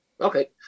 Okay